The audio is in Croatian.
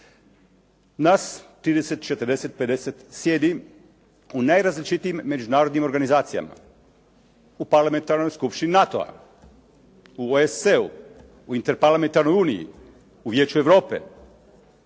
Nas 30, 40, 50 sjedi u najrazličitijim međunarodnim organizacijama, u Parlamentarnoj skupštini NATO-a, u ESU, u interparlamentarnoj Uniji, u Vijeću Europe,